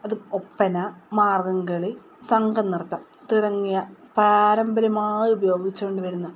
അത് ഒപ്പന മാർഗ്ഗംകളി സംഘനൃത്തം തുടങ്ങിയ പാരമ്പര്യമായി ഉപയോഗിച്ചുകൊണ്ട് വരുന്ന